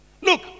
Look